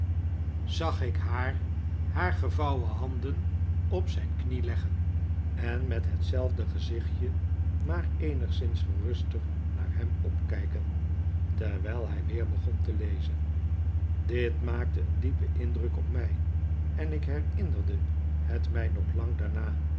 zag ik haar haar gevouwen handen op zijn knie leggen en met hetzelfde gezichtje maar eenigszins geruster naar hem opkijken terwijl hij weer begon te lezen dit maakte een diepen indruk op mij en ik herinnerde het mij nog lang daarna